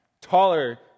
taller